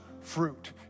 fruit